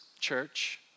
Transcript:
church